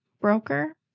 Broker